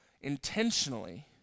intentionally